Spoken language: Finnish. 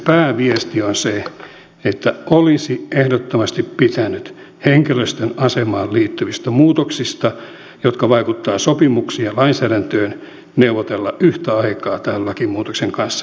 pääviesti on se että olisi ehdottomasti pitänyt henkilöstön asemaan liittyvistä muutoksista jotka vaikuttavat sopimuksiin ja lainsäädäntöön neuvotella yhtä aikaa tämän lakimuutoksen kanssa